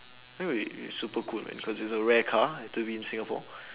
that will be be super cool man cause it's a rare car to be in singapore